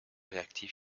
réactif